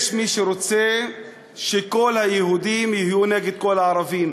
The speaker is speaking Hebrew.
יש מי שרוצה שכל היהודים יהיו נגד כל הערבים,